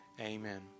Amen